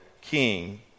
king